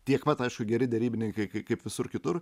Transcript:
tiek pat aišku geri derybininkai kai kaip visur kitur